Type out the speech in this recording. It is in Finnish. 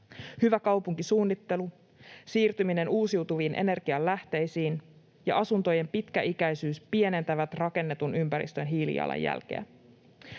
Hyvä kaupunkisuunnittelu, siirtyminen uusiutuviin energianlähteisiin ja asuntojen pitkäikäisyys pienentävät rakennetun ympäristön hiilijalanjälkeä.